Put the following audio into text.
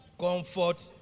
Comfort